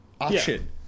option